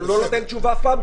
אבל הוא לא נותן תשובה אף פעם,